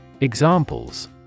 Examples